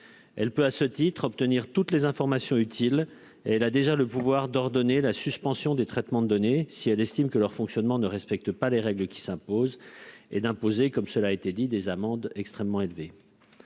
peut obtenir toutes les informations utiles et a déjà le pouvoir d'ordonner la suspension des traitements de données si elle estime que leur fonctionnement ne respecte pas les règles en vigueur et d'imposer- cela a été souligné -des amendes extrêmement élevées.